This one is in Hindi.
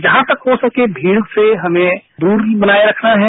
जहां तक हो सके भीड़ से हमें दूरी बनाए रखना है